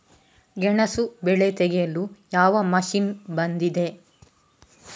ಗೆಣಸು ಬೆಳೆ ತೆಗೆಯಲು ಯಾವ ಮಷೀನ್ ಬಂದಿದೆ?